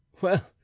Well